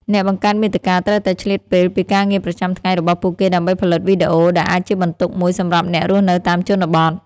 អ្នកបង្កើតមាតិកាត្រូវតែឆ្លៀតពេលពីការងារប្រចាំថ្ងៃរបស់ពួកគេ ដើម្បីផលិតវីដេអូ ដែលអាចជាបន្ទុកមួយសម្រាប់អ្នករស់នៅតាមជនបទ។